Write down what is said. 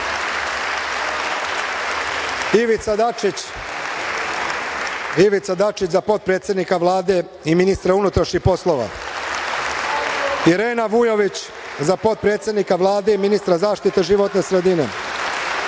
Ivica Dačić, za potpredsednika Vlade i ministra unutrašnjih poslova; Irena Vujović, za potpredsednika Vlade i ministra zaštite životne sredine;